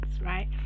right